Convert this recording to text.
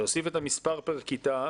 להוסיף את המספר פר כיתה,